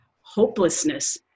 hopelessness